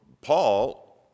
Paul